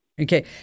Okay